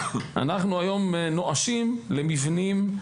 אנחנו נואשים למבנים,